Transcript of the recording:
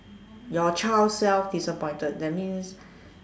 your child self disappointed that means